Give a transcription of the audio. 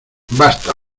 basta